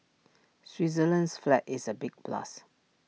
Switzerland's flag is A big plus